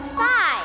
five